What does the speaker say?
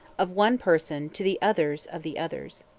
of one person to the others of the others.